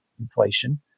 inflation